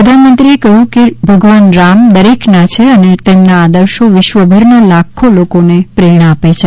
પ્રધાનેમંત્રીએ કહ્યું કે ભગવાન રામ દરેકના છે અને તેમના આદર્શો વિશ્વભરના લાખો લોકોને પ્રેરણા આપે છે